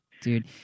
dude